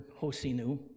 hosinu